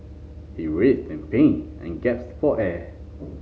he writhed in pain and gasped for air